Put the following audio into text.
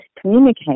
communicate